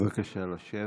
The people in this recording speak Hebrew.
בבקשה לשבת.